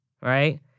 right